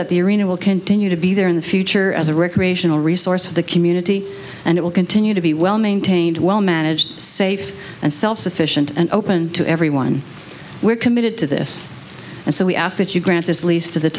that the arena will continue to be there in the future as a recreational resource of the community and it will continue to be well maintained well managed safe and self sufficient and open to everyone we're committed to this and so we